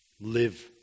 live